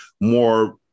more